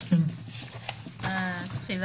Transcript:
6,